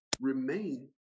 remain